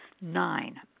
nine